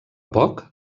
poc